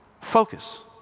Focus